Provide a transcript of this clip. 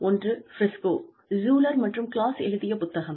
ஒன்று Briscoe Schuler மற்றும் Glass எழுதிய புத்தகம்